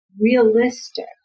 realistic